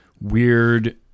weird